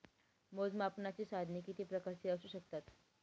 मोजमापनाची साधने किती प्रकारची असू शकतात?